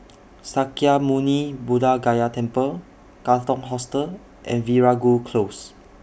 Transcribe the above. Sakya Muni Buddha Gaya Temple Katong Hostel and Veeragoo Close